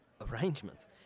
Arrangements